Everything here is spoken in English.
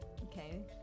Okay